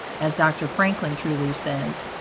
as dr. franklin truly says,